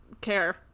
care